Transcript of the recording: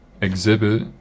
exhibit